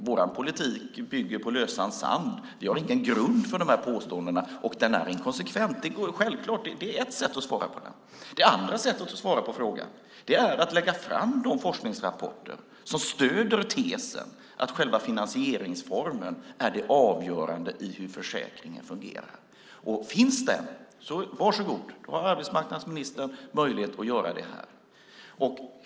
Vår politik bygger på lösan sand, och vi har ingen grund för de här påståendena och den är inkonsekvent. Det går självklart. Det är ett sätt att svara på den. Det andra sättet att svara på frågan är att lägga fram de forskningsrapporter som stöder tesen att själva finansieringsformen är det avgörande i hur försäkringen fungerar. Finns den forskningen, så varsågod! Då har arbetsmarknadsministern möjlighet att visa det här.